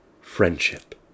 friendship